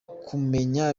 kumenya